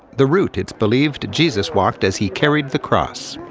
the route it's believed jesus walked as he carried the cross.